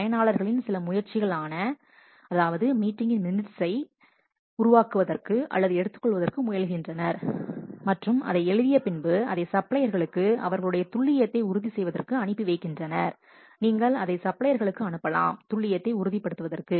பயனாளர்களின் சில முயற்சியில் ஆன அதாவது மீட்டிங்கின் நிமிடங்களை உருவாக்குவதற்கு அல்லது எடுத்துக்கொள்வதற்கு முயலுகின்றனர் மற்றும் அதை எழுதிய பின்பு அதை சப்ளையர்களுக்கு அவர்களுடைய துல்லியத்தை உறுதி செய்வதற்கு அனுப்பி வைக்கின்றனர் நீங்கள் அதை சப்ளையர்கள்களுக்கு அனுப்பலாம் துல்லியத்தை உறுதிப்படுத்துவதற்கு